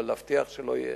אבל להבטיח שלא יהיה,